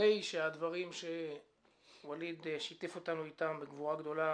שאלמלא הדברים שווליד שיתף אותנו בהם בגבורה גדולה